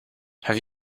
have